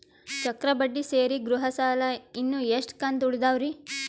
ಚಕ್ರ ಬಡ್ಡಿ ಸೇರಿ ಗೃಹ ಸಾಲ ಇನ್ನು ಎಷ್ಟ ಕಂತ ಉಳಿದಾವರಿ?